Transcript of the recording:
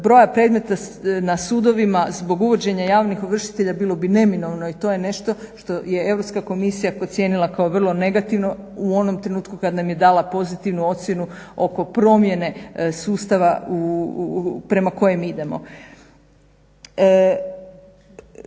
broja predmeta na sudovima zbog uvođenja javnih ovršitelja bilo bi neminovno i to je nešto što je Europska komisija ocijenila kao vrlo negativno u onom trenutku kad nam je dala pozitivnu ocjenu oko promjene sustava prema kojem idemo.